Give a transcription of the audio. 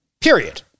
Period